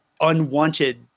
unwanted